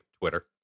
Twitter